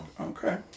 Okay